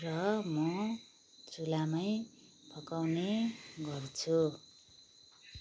र म चुलामै पकाउने गर्छु